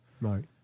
Right